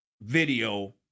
video